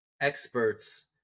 experts